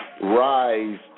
rise